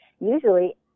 usually